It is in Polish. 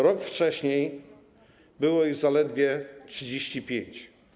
Rok wcześniej było ich zaledwie 35.